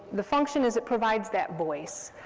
the function is it provides that voice.